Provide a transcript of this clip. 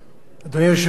אדוני היושב-ראש,